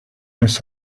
miss